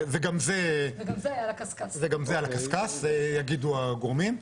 וגם זה על הקשקש, ויגידו הגורמים.